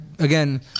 Again